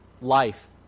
life